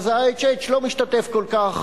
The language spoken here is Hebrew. אז ה-IHH לא משתתף כל כך,